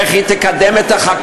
איך היא תקדם את החקיקה,